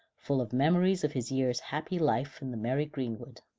full of memories of his year's happy life in the merry greenwood.